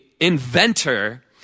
inventor